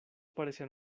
parecían